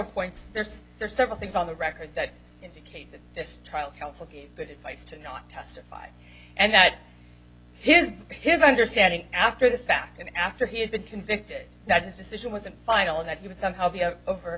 points there's there's several things on the record that indicate that this trial counsel gave that place to not testify and that his his understanding after the fact and after he had been convicted that his decision wasn't final and that he was somehow over